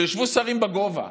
שישבו שרים בגובה.